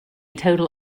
total